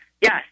yes